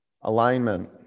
alignment